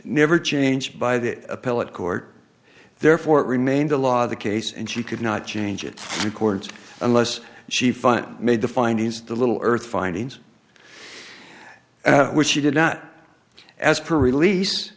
never changed by the appellate court therefore it remained the law of the case and she could not change it records unless she fun made the findings of the little earth findings which she did not as per release